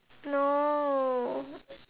no